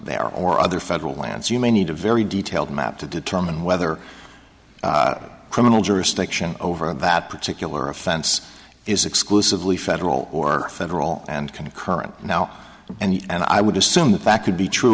there or other federal lands you may need a very detailed map to determine whether criminal jurisdiction over that particular offense is exclusively federal or federal and concurrent now and i would assume the fact would be true